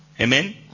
Amen